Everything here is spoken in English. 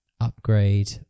upgrade